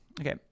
okay